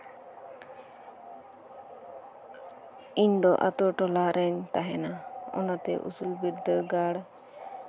ᱤᱧ ᱫᱚ ᱟᱛᱳ ᱴᱚᱞᱟ ᱨᱤᱧ ᱛᱟᱦᱮᱸᱱᱟ ᱚᱱᱟᱛ ᱩᱥᱩᱞ ᱵᱤᱫᱽᱫᱟᱹᱜᱟᱲ